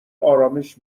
آرامش